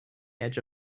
edge